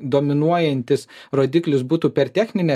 dominuojantis rodiklis būtų per techninę